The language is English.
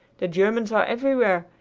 the germans are everywhere,